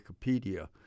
Wikipedia